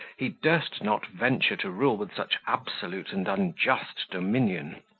he durst not venture to rule with such absolute and unjust dominion.